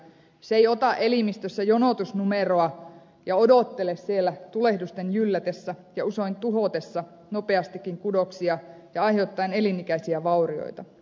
se ei ota elimistössä jonotusnumeroa ja odottele siellä tulehdusten jyllätessä ja usein tuhotessa nopeastikin kudoksia ja aiheuttaen elinikäisiä vaurioita